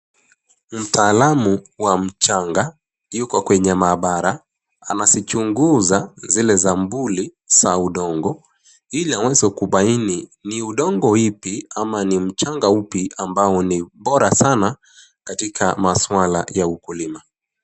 Mtaalamu wa mchanga yuko kwenye maabara. Anazichunguza zile sampuli za udongo ili aweze kubaini ni udongo ipi, ama ni mchanga upi ambao ni bora sana katika masuala ya ukulima.